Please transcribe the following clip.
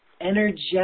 energetic